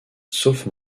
sauf